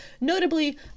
Notably